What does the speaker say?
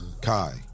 Kai